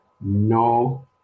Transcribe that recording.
no